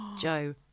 Joe